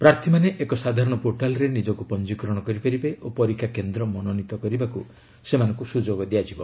ପ୍ରାର୍ଥୀମାନେ ଏକ ସାଧାରଣ ପୋର୍ଟାଲ୍ରେ ନିଜକୁ ପଞ୍ଜିକରଣ କରିପାରିବେ ଓ ପରୀକ୍ଷା କେନ୍ଦ୍ର ମନୋନୀତ କରିବାକୁ ସେମାନଙ୍କୁ ସୁଯୋଗ ଦିଆଯିବ